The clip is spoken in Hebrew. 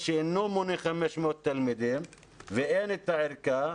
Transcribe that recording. שאינו מונה 500 תלמידים ואין את הערכה,